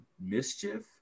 mischief